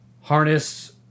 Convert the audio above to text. harness